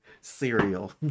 Cereal